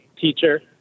teacher